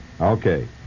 Okay